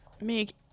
make